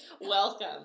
welcome